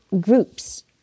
groups